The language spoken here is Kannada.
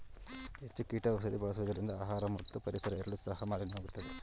ಹೆಚ್ಚು ಕೀಟ ಔಷಧಿ ಬಳಸುವುದರಿಂದ ಆಹಾರ ಮತ್ತು ಪರಿಸರ ಎರಡು ಸಹ ಮಾಲಿನ್ಯವಾಗುತ್ತೆ